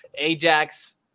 Ajax